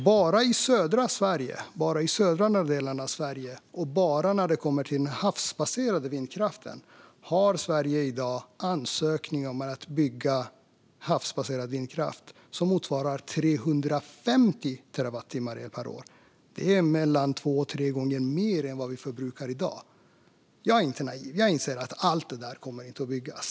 Bara i de södra delarna av Sverige, och bara när det kommer till den havsbaserade vindkraften, finns i dag ansökningar om att bygga havsbaserad vindkraft som motsvarar 350 terawattimmar el per år. Det är två till tre gånger mer än vad vi förbrukar i dag. Jag är inte naiv. Jag inser att allt inte kommer att byggas.